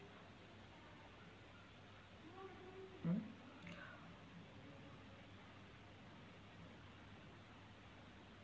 mm